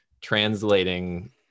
translating